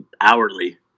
hourly